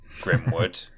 Grimwood